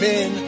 Men